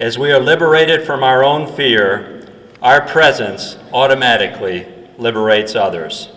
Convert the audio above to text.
as we are liberated from our own fear our presence automatically liberates others the